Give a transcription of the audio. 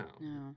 No